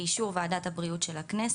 באישור ועדת הבריאות של הכנסת,